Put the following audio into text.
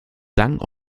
sang